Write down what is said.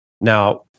now